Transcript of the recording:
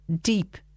deep